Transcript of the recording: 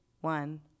one